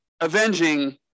avenging